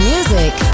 Music